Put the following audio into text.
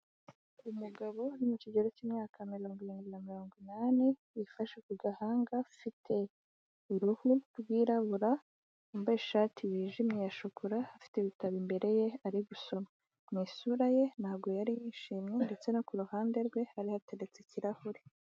Umugabo uri mu kigero cy'imyaka mirongo irindwi na mirongo inani, wifashe ku gahanga, ufite uruhu rwirabura, wambaye ishati yijimye ya shokora, afite ibitabo imbere ye ari gusoma. Mu isura ye ntabwo yari yishimye, ndetse no ku ruhande rwe hari hateretse ikirahure.